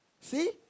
See